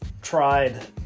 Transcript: tried